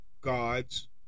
God's